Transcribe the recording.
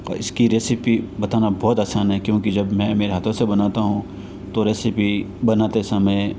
इसकी रेसिपी बताना बहुत आसान है क्योंकि जब मैं मेरे हाथों से बनाता हूँ तो रेसिपी बनाते समय